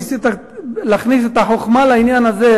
ניסית להכניס את החוכמה לעניין הזה,